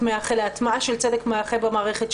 להטמעה של צדק מאחה במערכת,